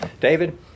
David